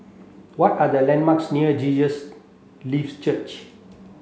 what are the landmarks near Jesus Lives Church